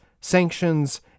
sanctions